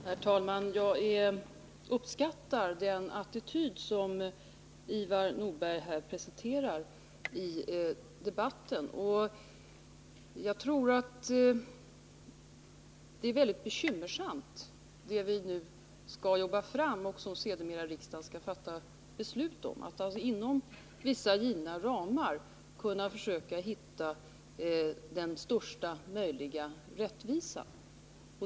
Herr talman! Jag uppskattar den attityd som Ivar Nordberg presenterar i debatten. Det vi nu skall jobba fram, som riksdagen sedermera skall fatta beslut om, är väldigt bekymmersamt. Det är svårt att inom vissa givna ramar hitta den största möjliga rättvisan.